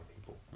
people